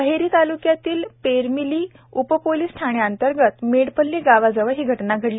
अहेरी ताल्क्यातील पेरमिली उपपोलिस ठाण्यांतर्गत मेडपल्ली गावाजवळ ही घटना घडली